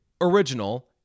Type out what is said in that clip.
original